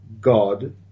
god